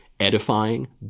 edifying